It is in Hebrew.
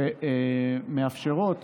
ומאפשרות